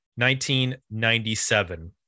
1997